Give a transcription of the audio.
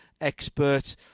expert